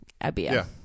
abia